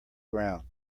ground